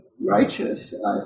righteous